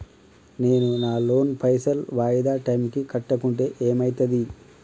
నేను నా లోన్ పైసల్ వాయిదా టైం కి కట్టకుంటే ఏమైతది?